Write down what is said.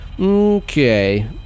Okay